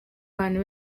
bantu